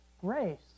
grace